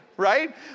right